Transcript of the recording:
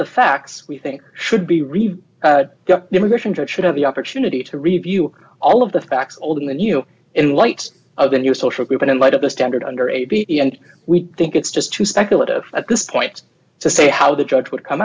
the facts we think should be read the immigration judge should have the opportunity to review all of the facts all in the new in light of the new social group and in light of the standard under a b and we think it's just too speculative at this point to say how the judge would come